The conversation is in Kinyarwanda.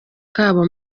kabo